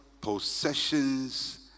possessions